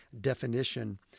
definition